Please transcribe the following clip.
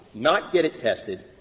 not get it tested,